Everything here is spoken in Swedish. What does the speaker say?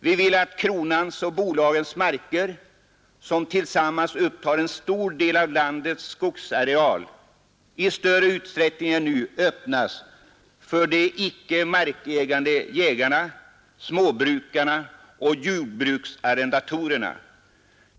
Vi vill att kronans och bolagens marker, som tillsammans upptar en stor del av landets skogsareal, i större utsträckning än nu öppnas för de inte markägande jägarna, småbrukarna och jordbruksarrendatorerna.